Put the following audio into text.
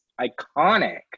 iconic